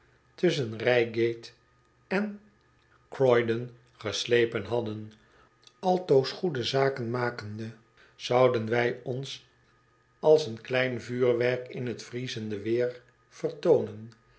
d o n geslepen hadden altoos goede zaken makende zouden wij ons als een klein vuurwerk in t vriezende weer vertoonen